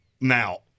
Now